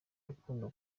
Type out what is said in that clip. rukundo